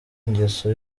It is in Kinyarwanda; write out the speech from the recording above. ingeso